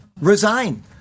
Resign